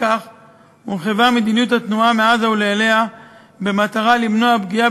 הורחבה מדיניות התנועה מעזה ואליה במטרה למנוע פגיעה